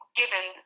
given